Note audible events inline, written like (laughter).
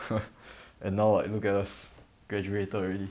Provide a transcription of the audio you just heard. (laughs) and now like look at us graduated already